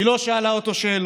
היא לא שאלה אותו שאלות,